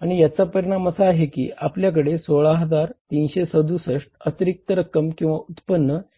आणि याचा परिणाम असा आहे की आपल्याकडे 16367 अतिरिक्त रक्कम किंवा उत्पन्न किंवा नफा उरला आहे